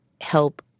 help